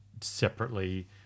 separately